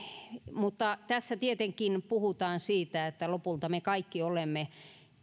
mutta tässä tietenkin puhutaan siitä että lopulta me kaikki olemme